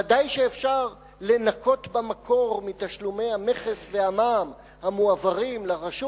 ודאי שאפשר לנכות במקור מתשלומי המכס והמע"מ המועברים לרשות